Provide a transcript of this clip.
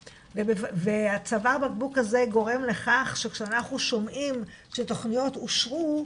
והצוואר בקבוק הזה גורם לכך שכשאנחנו שומעים שתוכניות אושרו,